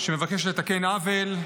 שמבקשת לתקן עוול,